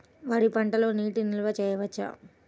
వరి పంటలో నీటి నిల్వ చేయవచ్చా?